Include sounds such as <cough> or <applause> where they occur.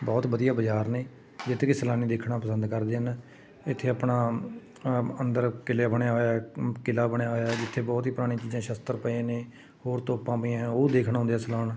ਬਹੁਤ ਵਧੀਆ ਬਾਜ਼ਾਰ ਨੇ ਜਿੱਥੇ ਕਿ ਸੈਲਾਨੀ ਦੇਖਣਾ ਪਸੰਦ ਕਰਦੇ ਹਨ ਇੱਥੇ ਆਪਣਾ ਅੰਦਰ ਕਿਲ੍ਹੇ ਬਣਿਆ ਹੋਇਆ <unintelligible> ਕਿਲ੍ਹਾ ਬਣਿਆ ਹੋਇਆ ਜਿੱਥੇ ਬਹੁਤ ਹੀ ਪੁਰਾਣੀਆਂ ਚੀਜ਼ਾਂ ਸ਼ਾਸਤਰ ਪਏ ਨੇ ਹੋਰ ਤੋਪਾਂ ਪਈਆਂ ਹੈ ਉਹ ਦੇਖਣ ਆਉਂਦੇ ਆ ਸੈਲਾਨ